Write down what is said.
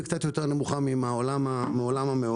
וקצת נמוכה יותר מן העולם המעורב.